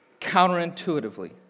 counterintuitively